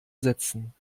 setzen